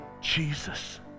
Jesus